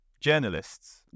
journalists